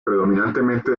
predominantemente